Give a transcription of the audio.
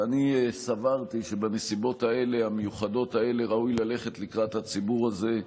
ואני סברתי שבנסיבות המיוחדות האלה ראוי ללכת לקראת הציבור הזה,